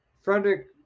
Frederick